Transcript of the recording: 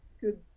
good